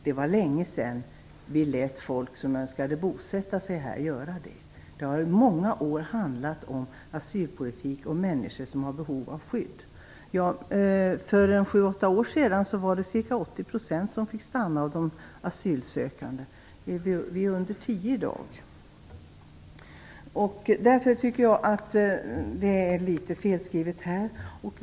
Det var länge sedan vi lät folk som önskade bosätta sig här göra det. Asylpolitiken har i många år handlat om människor som har behov av skydd. För sju åtta år sedan fick ca 80 % av de asylsökande stanna. I dag är det mindre än 10 %. Därför tycker jag att det är litet felskrivet i betänkandet.